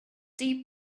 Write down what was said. deep